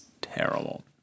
terrible